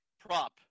prop